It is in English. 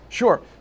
Sure